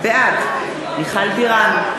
בעד מיכל בירן,